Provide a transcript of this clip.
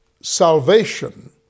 salvation